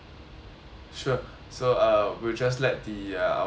sure so uh we'll just let the uh our partner